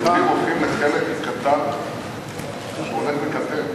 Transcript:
היהודים הופכים לחלק הולך וקטן.